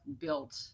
built